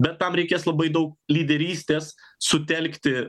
bet tam reikės labai daug lyderystės sutelkti